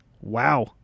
Wow